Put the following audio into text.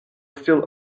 still